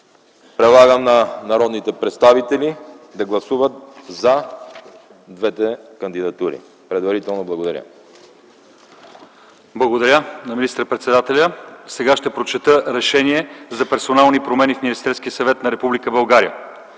Предлагам на народните представители да гласуват за двете кандидатури. Предварително благодаря. ПРЕДСЕДАТЕЛ ЛЪЧЕЗАР ИВАНОВ: Благодаря на министър-председателя. Сега ще прочета решението за персонални промени в Министерския съвет на Република България.